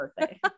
birthday